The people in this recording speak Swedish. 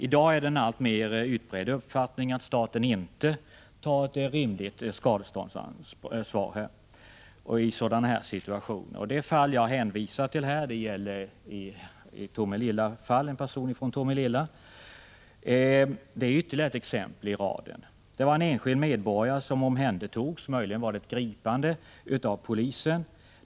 I dag är det en alltmer utbredd uppfattning att staten inte tar ett rimligt skadeståndsansvar i sådana här situationer. Det fall som jag hänvisar till, det gäller en person från Tomelilla, är ytterligare ett exempel i raden. Det var en enskild medborgare som omhändertogs av polisen, möjligen var det ett gripande.